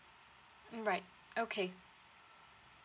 mm right okay